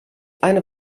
eine